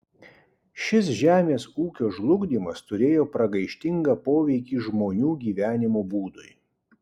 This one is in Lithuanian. šis žemės ūkio žlugdymas turėjo pragaištingą poveikį žmonių gyvenimo būdui